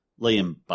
Liam